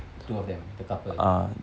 two of them the couple